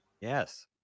Yes